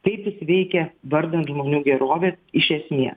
kaip jis veikia vardan žmonių gerovės iš esmės